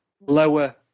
lower